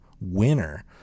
winner